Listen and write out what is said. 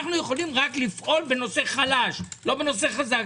אנחנו יכולים רק לפעול בנושא חלש, לא בנושא חזק.